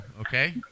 okay